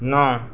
नौ